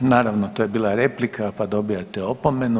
Naravno to je bila replika, pa dobijate opomenu.